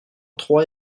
trois